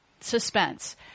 suspense